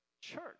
church